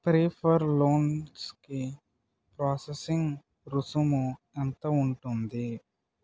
prefer లోన్స్ఐ processing రుసుము ఎంత ఉంటుంది